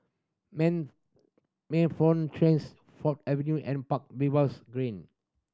Ford Avenue and Park Green